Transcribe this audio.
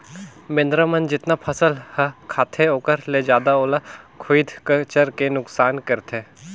बेंदरा मन जेतना फसल ह खाते ओखर ले जादा ओला खुईद कचर के नुकनास करथे